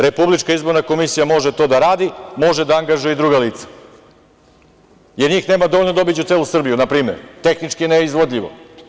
Republička izborna komisija može to da radi, može da angažuje i druga lica, jer njih nema dovoljno da obiđu celu Srbiju npr. Tehnički je neizvodljivo.